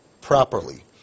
properly